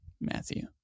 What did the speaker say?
Matthew